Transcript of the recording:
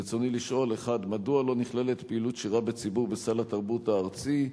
רצוני לשאול: 1. מדוע לא נכללת פעילות שירה בציבור בסל התרבות הארצי?